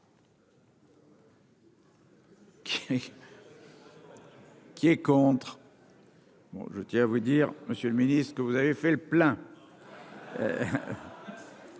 Qui est contre, bon je tiens à vous dire, Monsieur le Ministre, ce que vous avez fait le plein,